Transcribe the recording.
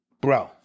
bro